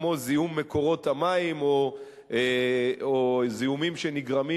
כמו זיהום מקורות המים או זיהומים שנגרמים